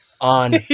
on